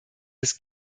des